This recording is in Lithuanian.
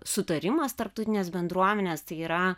sutarimas tarptautinės bendruomenės tai yra